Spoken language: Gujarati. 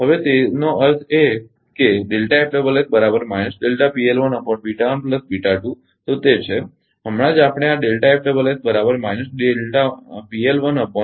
હવે તેનો અર્થ એ છે કે તો તે છે હમણાં જ આપણે આ જોયો છે